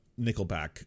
nickelback